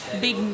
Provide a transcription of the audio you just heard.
big